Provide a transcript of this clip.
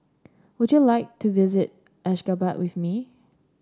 would you like to visit Ashgabat with me